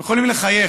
אתם יכולים לחייך,